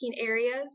areas